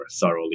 thoroughly